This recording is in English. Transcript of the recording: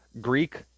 Greek